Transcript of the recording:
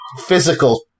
physical